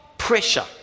pressure